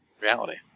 reality